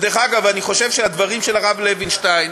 ודרך אגב, אני חושב שהדברים של הרב לוינשטיין,